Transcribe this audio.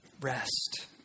rest